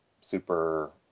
super